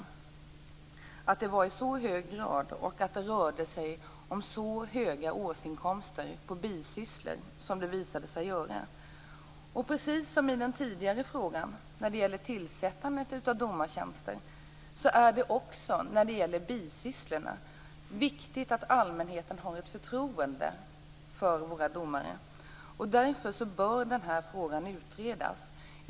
Vi blev förvånade över att detta förekom i så hög grad och att det rörde sig om så höga årsinkomster från bisysslor som det visade sig göra. Precis som i den tidigare frågan, som gällde tillsättandet av domartjänster, är det också när det gäller bisysslorna viktigt att allmänheten har ett förtroende för våra domare. Därför bör denna fråga utredas.